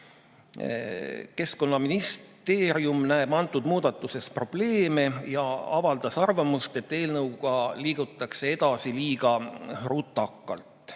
Keskkonnaministeerium näeb antud muudatuses probleeme, ja avaldas arvamust, et eelnõuga liigutakse edasi liiga rutakalt.